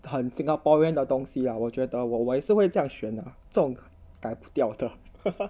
很 singaporean 的东西啊我觉得我我也是会这样选 ah 那种改不掉的